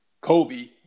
Kobe –